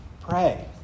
pray